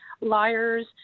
liars